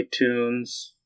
iTunes